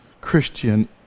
Christian